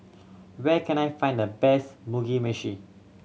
where can I find the best Mugi Meshi